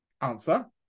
answer